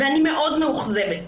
ואני מאוד מאוכזבת.